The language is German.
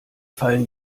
fallen